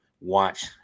watch